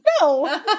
No